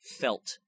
felt